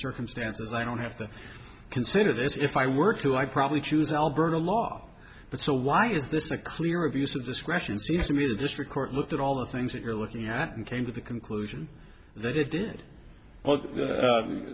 circumstances i don't have to consider this if i were to i'd probably choose alberta law but so why is this a clear abuse of discretion seems to me the district court looked at all the things that you're looking at and came to the conclusion that it did